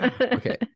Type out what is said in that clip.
Okay